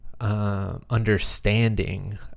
understanding